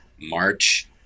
March